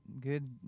good